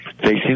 facing